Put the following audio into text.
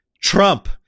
Trump